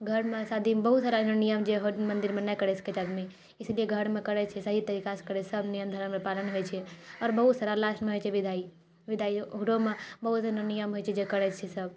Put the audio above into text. घरमे शादीमे बहुत सारा एहन नियम जे होटल मन्दिरमे नहि करए सकैत छै आदमी इसलिए घरमे करैत छै सही तरीकासँ करैत छै सभ नियम धर्मर पालन होइत छै आओर बहुत सारा लास्टमे होइत छै विदाइ विदाइ ओकरोमऽ बहुत एहनो नियम होइत छै जे करैत छै सभ